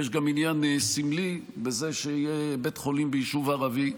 שיש גם עניין סמלי בזה שיהיה בית חולים ביישוב ערבי.